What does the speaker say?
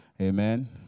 Amen